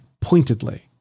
pointedly